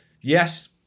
Yes